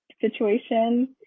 situation